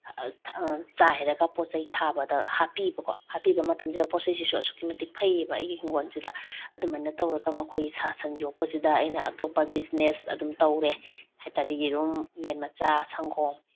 ꯆꯥꯏꯔꯒ ꯄꯣꯠ ꯆꯩ ꯊꯥꯕꯗ ꯍꯥꯞꯄꯤꯕꯀꯣ ꯍꯥꯞꯄꯤꯕꯀꯣ ꯍꯥꯥꯞꯄꯤꯕ ꯃꯇꯝꯁꯤꯗ ꯄꯣꯠ ꯆꯩꯁꯤꯡꯁꯤꯁꯨ ꯑꯁꯨꯛꯀꯤ ꯃꯇꯤꯛ ꯐꯩꯌꯦꯕ ꯑꯩꯒꯤ ꯏꯪꯈꯣꯜꯁꯤꯗ ꯑꯗꯨꯃꯥꯏꯅ ꯇꯧꯔꯒ ꯃꯈꯣꯏꯒꯤ ꯁꯥ ꯁꯟ ꯌꯣꯛꯄꯁꯤꯗ ꯑꯩꯅ ꯑꯇꯣꯞꯄ ꯕꯤꯖꯤꯅꯦꯁ ꯑꯗꯨꯝ ꯇꯧꯔꯦ ꯍꯥꯏ ꯇꯥꯔꯗꯤ ꯌꯦꯔꯨꯝ ꯌꯦꯟ ꯃꯆꯥ ꯁꯪꯒꯣꯝ